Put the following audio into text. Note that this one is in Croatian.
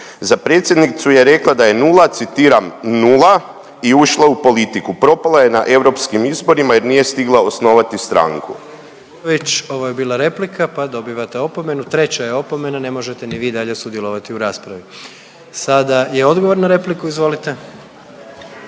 Za predsjednicu je rekla da je nula, citiram: „Nula“ i ušla u politiku. Propala je na europskim izborima, jer nije stigla osnovati stranku.“ **Jandroković, Gordan (HDZ)** Ovo je bila replika pa dobivate opomenu. Treća je opomena, ne možete ni vi dalje sudjelovati u raspravi. Sada je odgovor na repliku, izvolite.